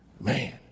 man